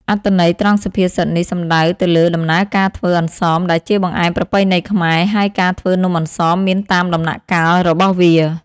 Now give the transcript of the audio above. អត្ថន័យត្រង់សុភាសិតនេះសំដៅទៅលើដំណើរការធ្វើ អន្សម ដែលជាបង្អែមប្រពៃណីខ្មែរ ហើយការធ្វើនំអន្សមមានតាមដំណាក់កាលរបស់វា។